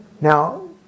Now